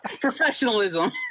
professionalism